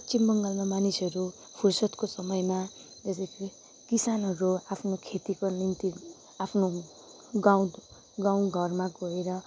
पश्चिम बङ्गालमा मानिसहरू फुर्सदको समयमा यसरी किसानहरू आफ्नो खेतीको निम्ति आफ्नो गाउँ गाउँ घरमा गएर